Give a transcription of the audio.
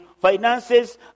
finances